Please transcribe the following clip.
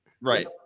Right